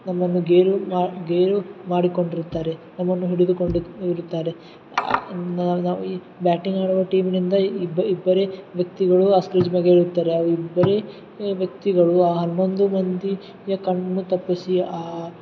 ನಮ್ಮನ್ನು ಗೇಲು ಮಾ ಗೇಲು ಮಾಡಿಕೊಂಡಿರುತ್ತಾರೆ ನಮ್ಮನ್ನು ಹಿಡಿದುಕೊಂಡು ಇರುತ್ತಾರೆ ನಾವು ನಾವು ಈ ಬ್ಯಾಟಿಂಗ್ ಆಡುವ ಟೀಮ್ನಿಂದ ಇಬ್ಬ ಇಬ್ಬರೇ ವ್ಯಕ್ತಿಗಳು ಆ ಸ್ಕ್ರೀಜ್ ಮೇಗೆ ಇರುತ್ತಾರೆ ಆ ಇಬ್ಬರೇ ವ್ಯಕ್ತಿಗಳು ಆ ಹನ್ನೊಂದು ಮಂದಿಯ ಕಣ್ಣು ತಪ್ಪಿಸಿ ಆ